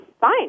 fine